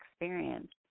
experience